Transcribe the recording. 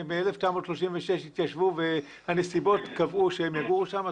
שמ-1936 עת הם התיישבו והנסיבות קבעו שהם יגורו שם?